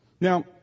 Now